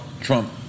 Trump